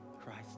Christ